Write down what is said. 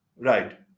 Right